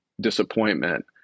disappointment